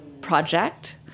project